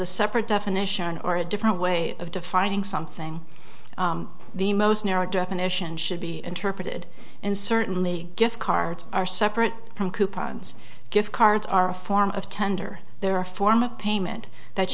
a separate definition or a different way of defining something the most narrow definition should be interpreted and certainly gift cards are separate from coupons gift cards are a form of tender they're a form of payment that